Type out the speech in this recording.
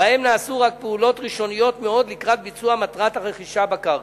שבהם נעשו רק פעולות ראשוניות מאוד לקראת ביצוע מטרת הרכישה בקרקע.